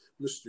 Mr